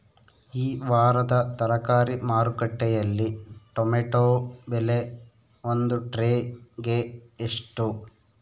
ಈ ವಾರದ ತರಕಾರಿ ಮಾರುಕಟ್ಟೆಯಲ್ಲಿ ಟೊಮೆಟೊ ಬೆಲೆ ಒಂದು ಟ್ರೈ ಗೆ ಎಷ್ಟು?